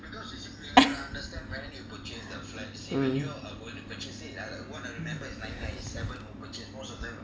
mm